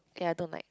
and I don't like